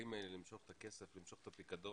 לחיילים למשוך את הכסף, למשוך את הפיקדון,